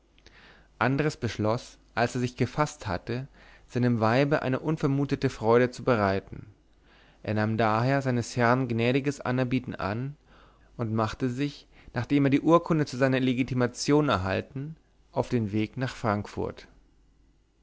andres beschloß als er sich gefaßt hatte seinem weibe eine unvermutete freude zu bereiten er nahm daher seines herrn gnädiges anerbieten an und machte sich nachdem er die urkunde zu seiner legitimation erhalten auf den weg nach frankfurt